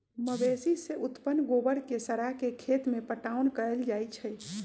मवेशी से उत्पन्न गोबर के सड़ा के खेत में पटाओन कएल जाइ छइ